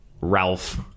Ralph